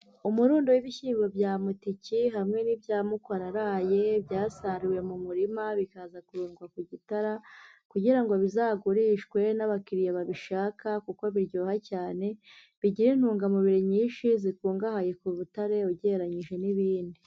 Umurundo w'ibishyimbo bya mutiki hamwe n'ibya mukwe araraye byasaruwe mu murima bikaza kurundwa ku gitara kugira ngo bizagurishwe n'abakiriya babishaka kuko biryoha cyane, bigira intungamubiri nyinshi zikungahaye ku butare ugereranyije n'ibindi.